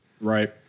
Right